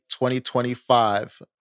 2025